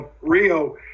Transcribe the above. Rio